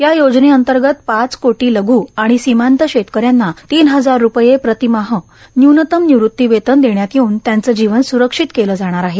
या योजनेंतर्गत पाच कोटी लघ् आणि सीमांत शेतकऱ्यांना तीन हजार रुपये प्रति माह न्यूनतम निवृत्ती वेतन देण्यात येऊन त्यांचं जीवन स्रक्षित केलं जाणार आहे